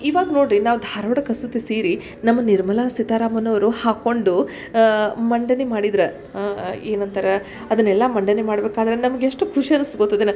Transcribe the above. ಇವಾಗ ನೋಡಿರಿ ನಾವು ಧಾರ್ವಾಡ ಕಸೂತಿ ಸೀರೆ ನಮ್ಮ ನಿರ್ಮಲಾ ಸೀತಾರಾಮನ್ ಅವರು ಹಾಕ್ಕೊಂಡು ಮಂಡನೆ ಮಾಡಿದ್ರು ಏನಂತಾರ ಅದನ್ನೆಲ್ಲ ಮಂಡನೆ ಮಾಡ್ಬೇಕಾದ್ರೆ ನಮ್ಗೆ ಎಷ್ಟು ಖುಷಿ ಅನ್ಸ್ತು ಗೊತ್ತದೇನು